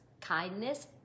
kindness